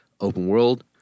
open-world